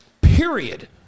period